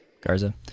Garza